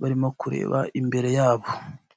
barimo kureba imbere yabo.